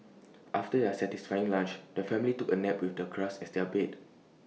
after their satisfying lunch the family took A nap with the grass as their bed